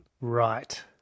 Right